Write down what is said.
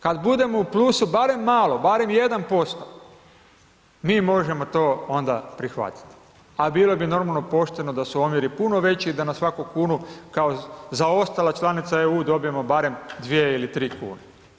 Kad budemo u plusu barem malo, barem 1% mi možemo to onda prihvatiti, a bilo bi normalno pošteno da su omjeri puno veći i da na svaku kunu kao zaostala članica EU dobijemo barem 2 ili 3 kune.